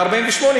ב-48',